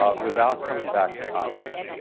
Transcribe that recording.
ah without coming back to congress.